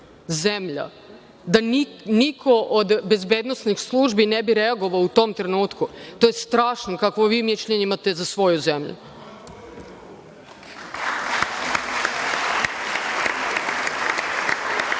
da niko od bezbednosnih službi ne bi reagovao u tom trenutku. To je strašno kakvo vi mišljenje imate za svoju